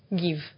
give